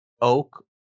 Oak